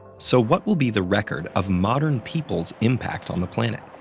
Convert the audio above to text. so what will be the record of modern people's impact on the planet?